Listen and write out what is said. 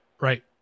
Right